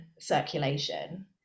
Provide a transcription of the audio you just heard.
circulation